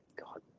god